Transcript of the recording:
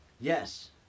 Yes